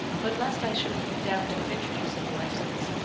but lest i should be condemned of introducing license,